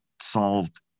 solved